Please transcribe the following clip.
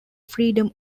freedom